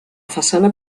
façana